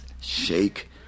shake